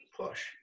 push